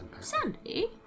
Sandy